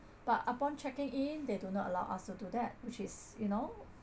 but upon checking in they do not allow us to do that which is you know